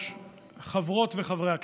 חברות וחברי הכנסת,